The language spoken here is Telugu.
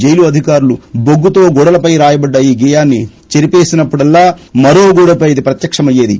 జైలు అధికారులు బొగ్గుతో గోడలపై రాయబడ్ల ఈ గేయాన్ని చెరిపేసి నప్పుడు మరో గోడపై అది ప్రత్యేక మయ్యేది